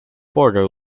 border